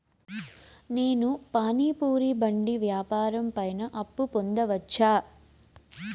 నేను పానీ పూరి బండి వ్యాపారం పైన అప్పు పొందవచ్చా?